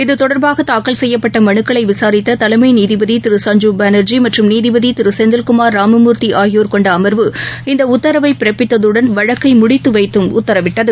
இத்தொடர்பாகதாக்கல் செய்யப்பட்டமனுக்களைவிசாரித்ததலைம்நீதிபதிதிரு சஞ்ஜீப் பாளர்ஜி மற்றும் நீதிபதிதிருசெந்தில்குமார் ராமமூர்த்திஆகியோர் கொண்டஅமர்வு இந்தஉத்தரவைபிறப்பித்ததுடன் வழக்கைமுடித்துவைத்தும் உத்தரவிட்டது